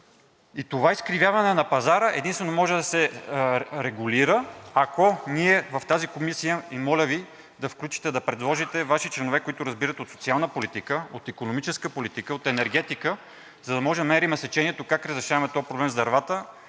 и това изкривяване на пазара единствено може да се регулира, ако ние в тази комисия – моля Ви да предложите и да включите Ваши членове, които разбират от социална политика, от икономическа политика, от енергетика, за да може да намерим сечението как разрешаваме проблема с дървата